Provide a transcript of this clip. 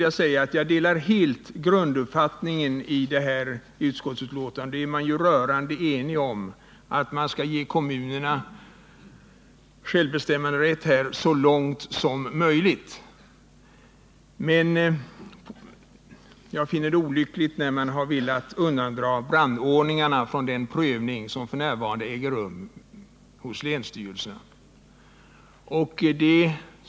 Jag delar helt grunduppfattningen i utskottsbetänkandet. Alla i utskottet är rörande eniga om att ge kommunerna självbestämmanderätt så långt som möjligt. Men vi i majoriteten finner det olyckligt när man velat undandra brandordningarna från den prövning som f. n. äger rum hos länsstyrelsen.